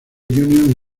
union